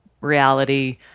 reality